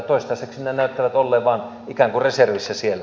toistaiseksi ne näyttävät olleen vain ikään kuin reservissä siellä